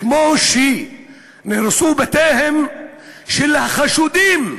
כמו שנהרסו בתיהם של החשודים,